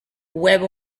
web